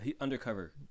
Undercover